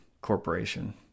corporation